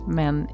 men